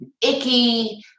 icky